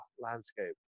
landscape